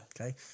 Okay